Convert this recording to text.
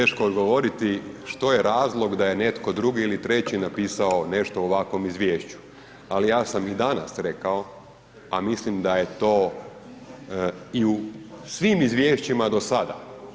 Meni je teško odgovoriti što je razlog da je netko drugi ili treći napisao nešto o ovakvom izvješću, ali ja sam i danas rekao, a mislim da je to i u svim izvješćima do sada.